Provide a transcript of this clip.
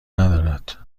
ندارد